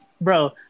bro